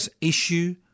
issue